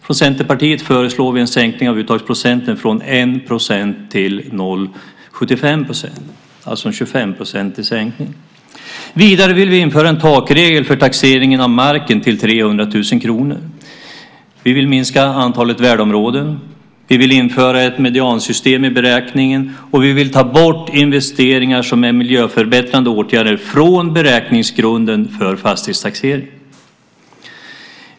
Vi i Centerpartiet föreslår en sänkning av uttagsprocenten från 1 % till 0,75 %, alltså en 25-procentig sänkning. Vidare vill vi införa en takregel för taxering av mark - upp till 300 000 kr. Vi vill minska antalet värdeområden. Vi vill införa ett mediansystem i beräkningen, och vi vill ta bort investeringar som är miljöförbättrande åtgärder från beräkningsgrunden för fastighetstaxering.